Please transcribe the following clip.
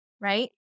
right